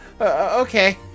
Okay